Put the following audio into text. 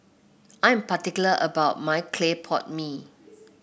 I'm particular about my Clay Pot Mee